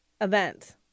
event